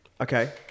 okay